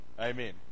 Amen